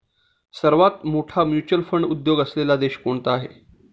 सर्वात मोठा mutual fund उद्योग असलेला देश कोणता आहे?